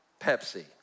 Pepsi